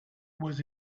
was